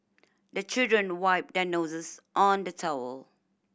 the children wipe their noses on the towel